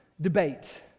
debate